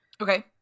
Okay